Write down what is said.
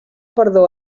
perdó